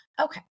Okay